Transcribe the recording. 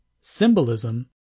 symbolism